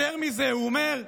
יותר מזה, הוא אומר: